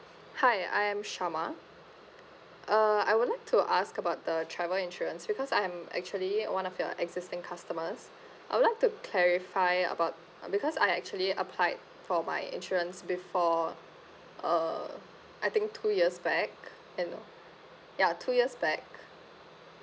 hi I'm shama uh I would like to ask about the travel insurance because I'm actually uh one of your existing customers I would like to clarify about because I actually applied for my insurance before uh I think two years back you know ya two years back